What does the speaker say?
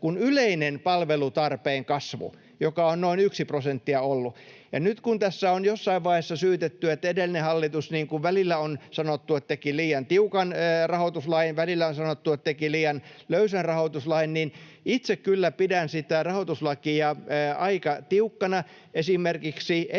kuin ”yleinen palvelutarpeen kasvu”, joka on noin yksi prosenttia ollut. Nyt kun tässä on jossain vaiheessa syytetty, että edellinen hallitus — niin kuin välillä on sanottu — teki liian tiukan rahoituslain, ja välillä on sanottu, että se teki liian löysän rahoituslain, niin itse kyllä pidän sitä rahoituslakia aika tiukkana. Esimerkiksi ensi